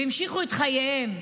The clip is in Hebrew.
והמשיכו את חייהם.